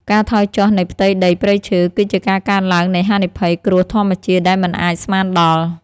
ការថយចុះនៃផ្ទៃដីព្រៃឈើ គឺជាការកើនឡើងនៃហានិភ័យគ្រោះធម្មជាតិដែលមិនអាចស្មានដល់។